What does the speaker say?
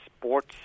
sports